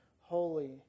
holy